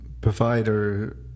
provider